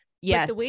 yes